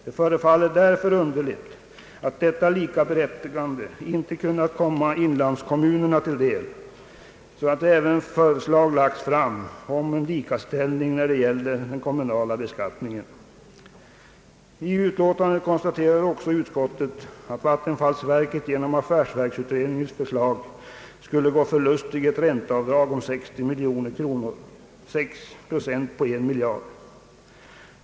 Det förefaller därför underligt att detta likaberättigande inte kunnat komma inlandskommunerna till del, så att även förslag lagts fram om en likaställning när det gäller den kommunala beskattningen. I betänkandet konstaterar också utskottet att vattenfallsverket genom affärsverksutredningens förslag skulle gå förlustigt ett ränteavdrag om 60 miljoner kronor .